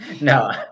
No